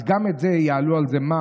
אז גם על זה יעלו מס,